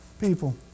People